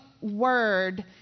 word